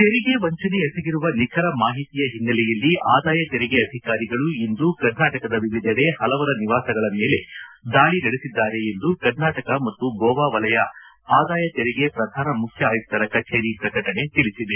ತೆರಿಗೆ ವಂಚನೆ ಎಸಗಿರುವ ನಿಖರ ಮಾಹಿತಿಯ ಹಿನ್ನೆಲೆಯಲ್ಲಿ ಆದಾಯ ತೆರಿಗೆ ಅಧಿಕಾರಿಗಳು ಇಂದು ಕರ್ನಾಟಕದ ವಿವಿಧೆಡೆ ಹಲವರ ನಿವಾಸಗಳ ಮೇಲೆ ದಾಳಿ ನಡೆಸಿದ್ದಾರೆ ಎಂದು ಕರ್ನಾಟಕ ಮತ್ತು ಗೋವಾ ವಲಯ ಆದಾಯ ತೆರಿಗೆ ಪ್ರಧಾನ ಮುಖ್ಯ ಆಯುಕ್ತರ ಕಚೇರಿ ಪ್ರಕಟಣೆ ಸ್ಪಡ್ವಪಡಿಸಿದೆ